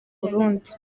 burundi